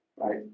Right